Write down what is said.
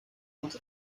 uns